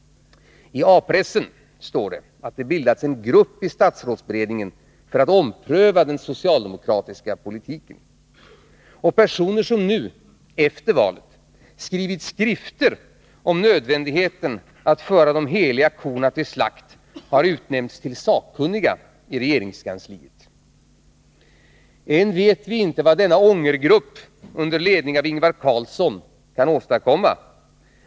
I A-pressen står det att det bildats en grupp i statsrådsberedningen för att ompröva den socialdemokratiska politiken. Och personer som nu — efter valet — skrivit skrifter om nödvändigheten att föra de heliga korna till slakt har utnämnts till sakkunniga i regeringskansliet. Än vet vi inte vad denna ångergrupp under ledning av Ingvar Carlsson kan åstadkomma.